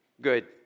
Good